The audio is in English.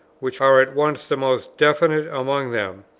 which are at once the most definite among them,